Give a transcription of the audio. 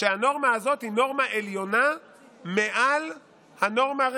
כך פסק בית המשפט,